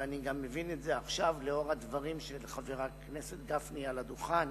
אני מבין את זה עכשיו לאור הדברים של חבר הכנסת גפני על הדוכן,